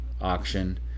auction